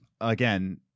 again